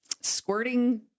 squirting